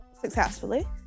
successfully